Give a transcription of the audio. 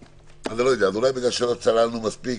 אולי בגלל שלא צללנו מספיק,